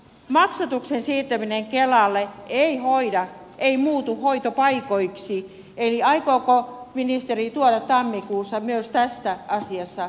maksatuksen siirtäminen kelalle ei hoida ei muutu hoitopaikoiksi eli aikooko ministeri tuoda tammikuussa myös tästä asiasta kehittämissuunnitelman